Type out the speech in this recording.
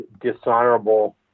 dishonorable